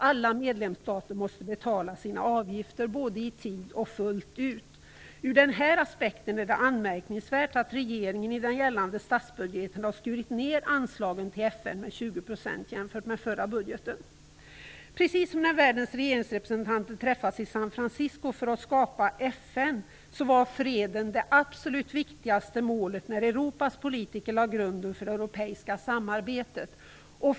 Alla medlemsstater måste betala sina avgifter både i tid och fullt ut. Ur denna aspekt är det förvånansvärt att regeringen i den gällande statsbudgeten har skurit ner anslagen till FN med 20 % jämfört med förra budgeten. Precis som när världens regeringsrepresentanter träffades i San Francisco för att skapa FN var freden det absolut viktigaste målet när Europas politiker lade grunden till det europeiska samarbetet.